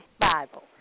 Bible